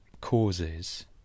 causes